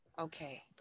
Okay